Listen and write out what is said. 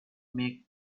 make